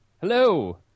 Hello